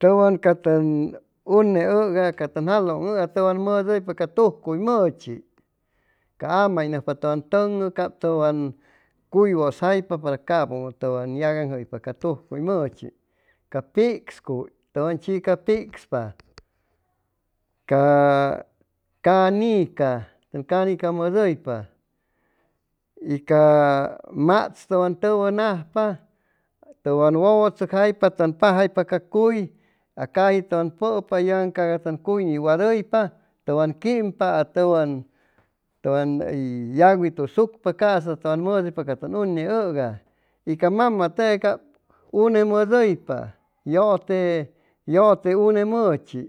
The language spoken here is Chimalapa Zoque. Tʉwan ca tʉn unehʉga ca tʉn jalʉn hʉga tʉwan mʉdʉypa ca tujcuy mʉchi ca a'may nʉcspa tʉwan tʉŋ'o cap tʉwan cuy wʉsjaipa para capʉ tʉwan yaganjʉypa ca tujcuy mʉhi ca pigscuy tʉn chica picspa caa ca'nica tʉn ca'nica mʉdʉypa y ca matz tʉwan tʉwʉnajpa tʉwan wʉwʉ tzʉcjaipa tʉn pajaipa ca cuy a caji tʉwan pʉpa yʉgan caga tʉwan cuy niwadʉypa tʉwan quimpa a tʉwan tʉwan hʉy yacwitusucpa ca'asa tʉwan mʉdʉypa ca tʉn une hʉgay ca ma'ma tʉgay cap une mʉdʉypa yʉte yʉte une mʉchi